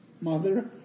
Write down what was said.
mother